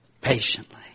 patiently